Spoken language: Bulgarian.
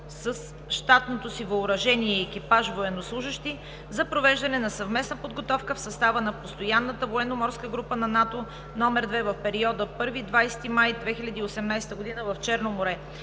с щатното си въоръжение и екипаж военнослужещи за провеждане на съвместна подготовка в състава на постоянната военноморска група на НАТО № 2 в периода от 1 до 20 май 2018 г. в Черно море.